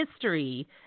history